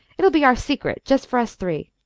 it'll be our secret, just for us three.